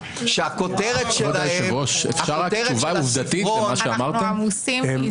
שהכותרת של הספרון -- אנחנו עמוסים.